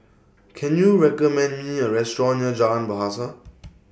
Can YOU recommend Me A Restaurant near Jalan Bahasa